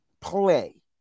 play